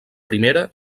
primera